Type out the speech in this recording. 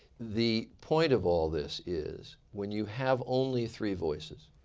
the point of all this is, when you have only three voices,